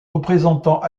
représentant